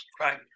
Right